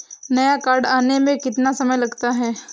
नया कार्ड आने में कितना समय लगता है?